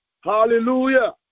Hallelujah